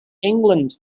england